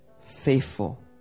Faithful